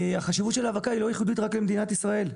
החשיבות של האבקה היא לא ייחודית רק למדינת ישראל,